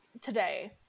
today